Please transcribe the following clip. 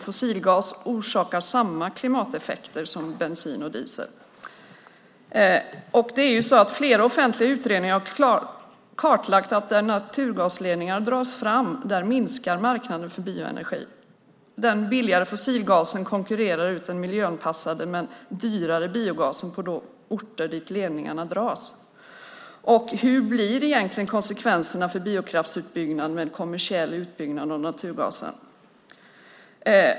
Fossilgas orsakar samma klimateffekter som bensin och diesel. Flera offentliga utredningar har kartlagt att där naturgasledningar dras fram minskar marknaden för bioenergi. Den billigare fossilgasen konkurrerar ut den miljöanpassade men dyrare biogasen på de orter dit ledningarna dras. Vilka blir egentligen konsekvenserna av biokraftsutbyggnaden med en kommersiell utbyggnad av naturgasen?